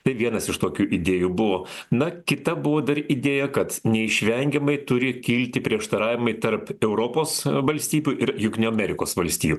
tai vienas iš tokių idėjų buvo na kita buvo dar idėja kad neišvengiamai turi kilti prieštaravimai tarp europos valstybių ir jungtinių amerikos valstijų